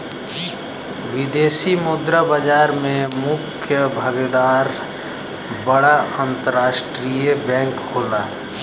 विदेशी मुद्रा बाजार में मुख्य भागीदार बड़ा अंतरराष्ट्रीय बैंक होला